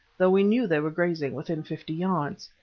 though we knew they were grazing within fifty yards.